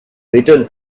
return